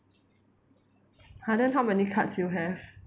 !huh! then how many cards you have